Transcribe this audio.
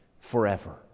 forever